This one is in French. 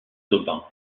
tobin